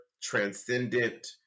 transcendent